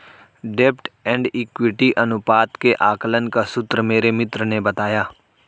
डेब्ट and equity अनुपात के आकलन का सूत्र मेरे मित्र ने बताया